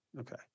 Okay